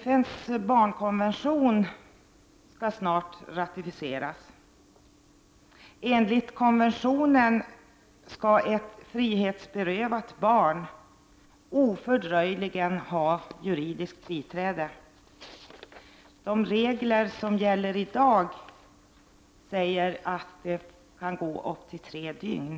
FN:s barnkonvention skall snart ratificeras. Enligt konventionen skall ett frihetsberövat barn ofördröjligen ha juridiskt biträde. De regler som gäller i dag säger att det kan gå upp till tre dygn.